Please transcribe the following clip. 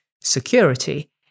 security